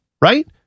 right